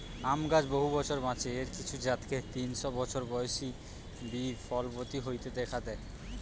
আম গাছ বহু বছর বাঁচে, এর কিছু জাতকে তিনশ বছর বয়সে বি ফলবতী হইতে দিখা যায়